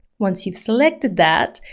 once you've selected that,